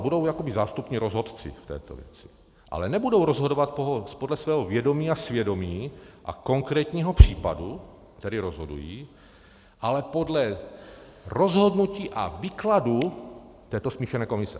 Budou jako zástupní rozhodci v této věci, ale nebudou rozhodovat podle svého vědomí a svědomí a konkrétního případu, který rozhodují, ale podle rozhodnutí a výkladu této smíšené komise.